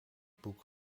boek